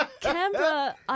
Canberra